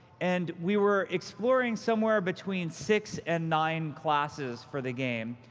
and we were exploring somewhere between six and nine classes for the game,